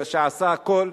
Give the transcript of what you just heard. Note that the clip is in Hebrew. שעשה הכול,